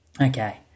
Okay